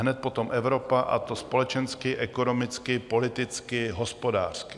Hned potom Evropa, a to společensky, ekonomicky, politicky, hospodářsky.